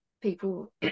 People